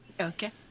Okay